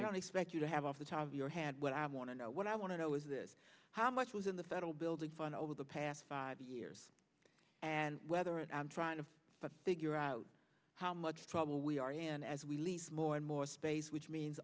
don't expect you to have off the top of your hand what i want to know what i want to know is this how much was in the federal building fund over the past five years and whether it i'm trying to figure out how much trouble we are and as we lease more and more space which means